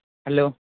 hello